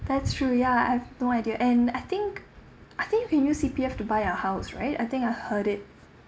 that's true ya I've no idea and I think I think you can use C_P_F to buy a house right I think I heard it